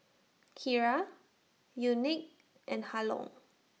Kyra Unique and Harlon